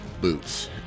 Boots